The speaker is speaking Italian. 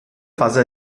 fase